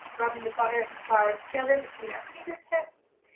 rubbing the butter and the flour together between our fingertips.